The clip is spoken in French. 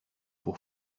pour